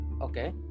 Okay